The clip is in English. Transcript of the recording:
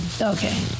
Okay